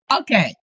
Okay